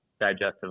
digestive